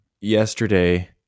yesterday